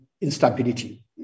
instability